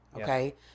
okay